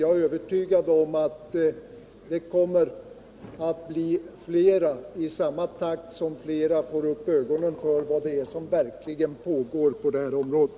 Jag är övertygad om att flera kommer att ansluta sig till vår uppfattning i samma takt som flera människor får upp ögonen för vad det är som pågår på det här området.